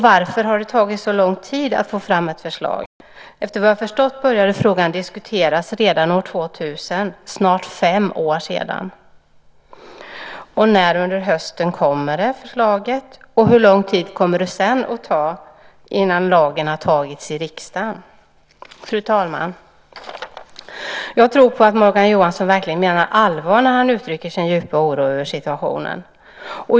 Varför har det tagit så lång tid att få fram ett förslag? Efter vad jag förstått började frågan diskuteras redan år 2000, för snart fem år sedan! När under hösten kommer förslaget? Hur lång tid kommer det sedan att ta innan lagen har antagits i riksdagen? Fru talman! Jag tror att Morgan Johansson verkligen menar allvar när han uttrycker sin djupa oro över situationen.